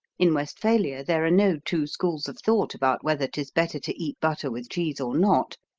in westphalia there are no two schools of thought about whether tis better to eat butter with cheese or not,